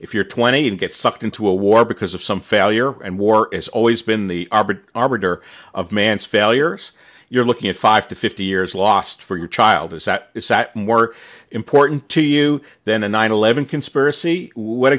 if you're twenty and get sucked into a war because of some failure and war is always been the arbiter of man's failures you're looking at five to fifty years lost for your child is that is that more important to you than a nine eleven conspiracy what